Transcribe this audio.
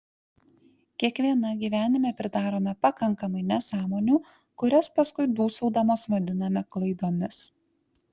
kiekviena gyvenime pridarome pakankamai nesąmonių kurias paskui dūsaudamos vadiname klaidomis